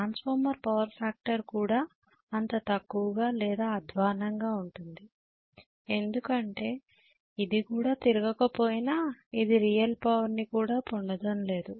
transformer power factor కూడా అంత తక్కువగా లేదా అధ్వాన్నంగా ఉంటుంది ఎందుకంటే ఇది కూడా తిరగకపోయినా ఇది రియల్ పవర్ ని కూడా పొందడం లేదు